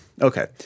okay